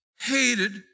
hated